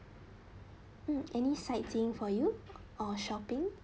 mm any sightseeing for you or shopping